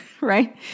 right